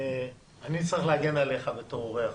אני צריך להגן עליך בתור אורח.